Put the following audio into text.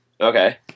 Okay